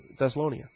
Thessalonia